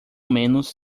menos